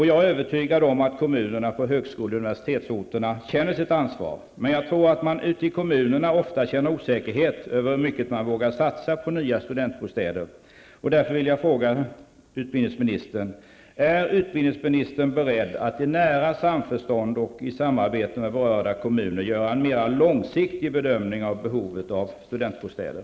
Jag är övertygad om att kommunerna på högskole och universitetsorterna känner sitt ansvar, men jag tror att man ute i kommunerna ofta känner osäkerhet över hur mycket man vågar satsa på nya studentbostäder.